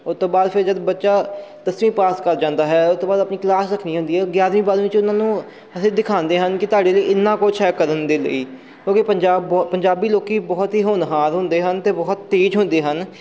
ਉਹ ਤੋਂ ਬਾਅਦ ਫਿਰ ਜਦ ਬੱਚਾ ਦਸਵੀਂ ਪਾਸ ਕਰ ਜਾਂਦਾ ਹੈ ਉਹ ਤੋਂ ਬਾਅਦ ਆਪਣੀ ਕਲਾਸ ਰੱਖਣੀ ਹੁੰਦੀ ਹੈ ਉਹ ਗਿਆਰਵੀਂ ਬਾਰਵੀਂ ਵਿੱਚ ਉਹਨਾਂ ਨੂੰ ਅਸੀਂ ਦਿਖਾਉਂਦੇ ਹਨ ਕਿ ਤੁਹਾਡੇ ਲਈ ਇੰਨਾ ਕੁਛ ਹੈ ਕਰਨ ਦੇ ਲਈ ਕਿਉਂਕਿ ਪੰਜਾਬ ਬ ਪੰਜਾਬੀ ਲੋਕ ਬਹੁਤ ਹੀ ਹੋਣਹਾਰ ਹੁੰਦੇ ਹਨ ਅਤੇ ਬਹੁਤ ਤੇਜ਼ ਹੁੰਦੇ ਹਨ